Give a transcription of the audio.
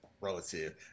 relative